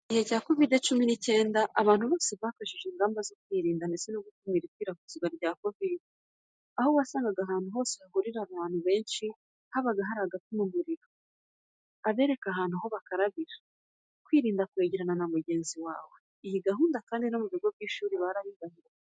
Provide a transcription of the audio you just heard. Mu gihe cya kovidi cumi n'icyenda, abantu bose bakajije ingamba zo kwirinda ndetse no gukumira ikwirakwizwa rya kovide, aho wasangaga ahantu hose hahurira abantu benshi habaga hari abapima umuriro, abereka ahantu aho bakarabira, kwirinda kwegerana na mugenzi wawe. Iyi gahunda kandi no mu bigo by'amashuri barayubahirije.